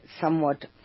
somewhat